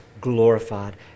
glorified